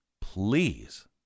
please